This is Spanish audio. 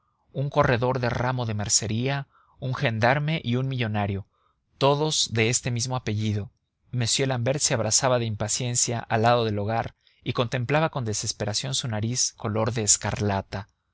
un corredor del ramo de mercería un gendarme y un millonario todos de este mismo apellido m l'ambert se abrasaba de impaciencia al lado del hogar y contemplaba con desesperación su nariz color de escarlata